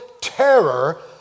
terror